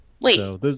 Wait